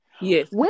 Yes